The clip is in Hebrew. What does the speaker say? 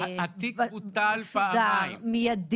מיידי -- התיק בוטל פעמיים.